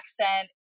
accent